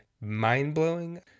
mind-blowing